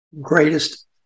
greatest